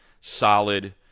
Solid